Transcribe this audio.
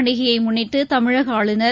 பண்டிகையைமுன்னிட்டுதமிழகஆளுநர்